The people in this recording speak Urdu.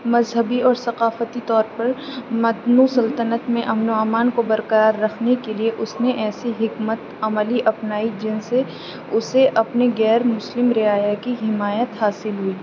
مذہبی اور ثقافتی طور پر متنوع سلطنت میں امن و امان کو برقرار رکھنے کے لیے اس نے ایسی حکمت عملی اپنائی جن سے اسے اپنے غیر مسلم رعایا کی حمایت حاصل ہوئی